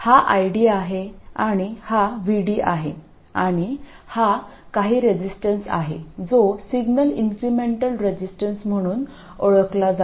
हा ID आहे आणि हा VD आहे आणि हा काही रेजिस्टन्स आहे जो सिग्नल इंक्रेमेंटल रेजिस्टन्स म्हणून ओळखला जातो